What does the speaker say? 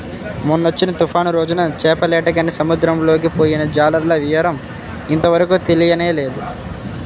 మొన్నొచ్చిన తుఫాను రోజున చేపలేటకని సముద్రంలోకి పొయ్యిన జాలర్ల వివరం ఇంతవరకు తెలియనేలేదు